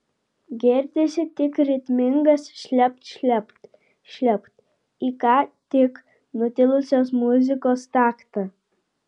girdisi tik ritmingas šlept šlept šlept į ką tik nutilusios muzikos taktą